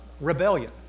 rebellion